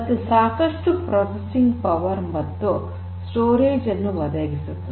ಮತ್ತು ಸಾಕಷ್ಟು processing power ಮತ್ತು ಸ್ಟೋರೇಜ್ ಅನ್ನು ಒದಗಿಸುತ್ತದೆ